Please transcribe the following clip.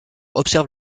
observe